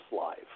life